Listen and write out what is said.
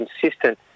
consistent